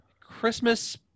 Christmas